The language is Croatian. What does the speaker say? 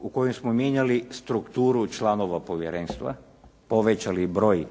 u kojem smo mijenjali strukturu članova povjerenstva, povećali broj